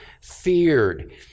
feared